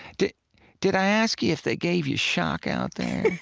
did did i ask you if they gave you shock out there?